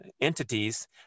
entities